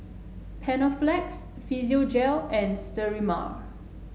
Panaflex Physiogel and Sterimar